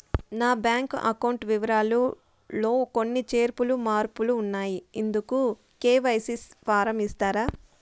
నా bank account వివరాలు లో కొన్ని చేర్పులు మార్పులు ఉన్నాయి, ఇందుకు కె.వై.సి ఫారం ఇస్తారా?